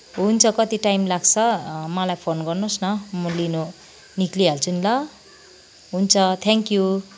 हुन्छ कति टाइम लाग्छ मलाई फोन गर्नुहोस् न म लिनु निक्लिहाल्छु नि ल हुन्छ थ्याङ्कयू